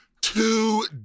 Two